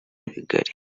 bigari